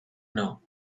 now